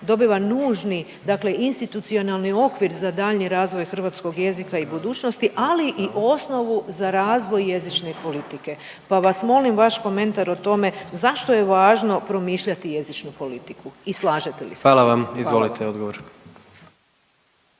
dobiva nužni dakle institucionalni okvir za daljnji razvoj hrvatskog jezika i budućnosti, ali i osnovu za razvoj jezične politike pa vas molim vaš komentar o tome zašto je važno promišljati jezičnu politiku i slažete li se s time?